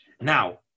Now